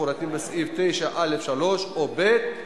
בשנת 2008 הוגשו 2,159 עתירות לבתי-המשפט לעניינים